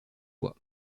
voies